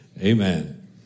Amen